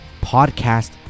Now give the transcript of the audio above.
podcast